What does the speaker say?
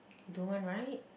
you don't want right